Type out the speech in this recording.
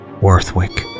Worthwick